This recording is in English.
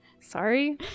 sorry